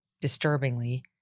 disturbingly